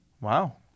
Wow